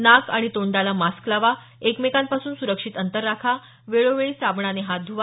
नाक आणि तोंडाला मास्क लावा एकमेकांपासून सुरक्षित अंतर राखा वेळोवेळी साबणाने हात धुवा